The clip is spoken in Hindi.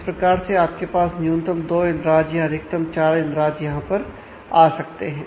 इस प्रकार से आपके पास न्यूनतम दो इंद्राज या अधिकतम चार इंद्राज यहां पर आ सकते हैं